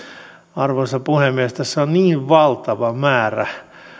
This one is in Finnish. arvoisa puhemies tässä on niin valtava määrä